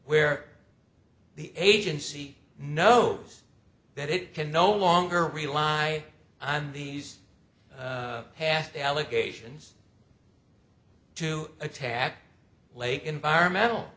where the agency knows that it can no longer rely on these past allegations to attack lake environmental